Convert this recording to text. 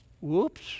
Whoops